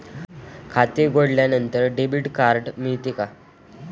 खाते उघडल्यानंतर debit card मिळते का?